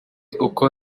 uko